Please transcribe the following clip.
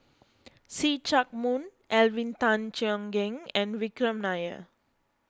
See Chak Mun Alvin Tan Cheong Kheng and Vikram Nair